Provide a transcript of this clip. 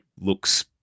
looks